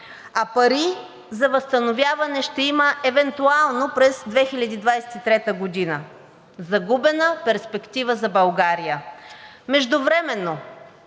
а пари за възстановяване ще има евентуално през 2023 г. – загубена перспектива за България! Междувременно